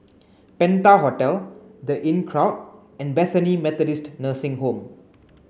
Penta Hotel The Inncrowd and Bethany Methodist Nursing Home